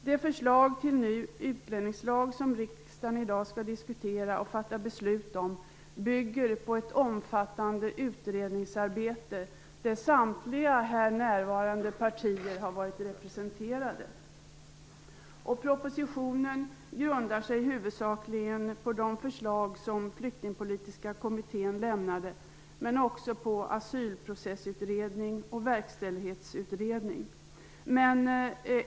Det förslag till ny utlänningslag som riksdagen i dag skall diskutera och fatta beslut om bygger på ett omfattande utredningsarbete, där samtliga här närvarande partier har varit representerade. Denna proposition grundar sig huvudsakligen på de förslag som Flyktingpolitiska kommittén lämnade men också på Asylprocessutredningen och Verkställighetsutredningen.